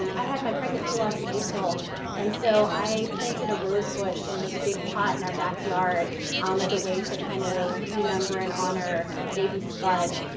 i had my pregnancy loss in april and so i planted a rose bush in this big pot in our backyard um as a way to kinda kind of remember and honor baby spud.